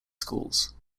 schools